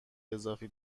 اضافی